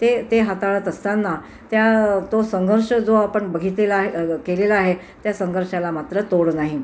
ते ते हाताळत असताना त्या तो संघर्ष जो आपण बघितलेला आहे केलेला आहे त्या संघर्षाला मात्र तोड नाही